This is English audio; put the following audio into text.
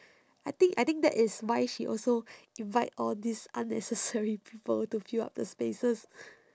I think I think that is why she also invite all these unnecessary people to fill up the spaces